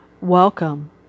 Welcome